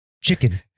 chicken